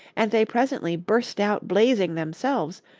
and they presently burst out blazing themselves,